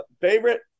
Favorite